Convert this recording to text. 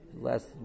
last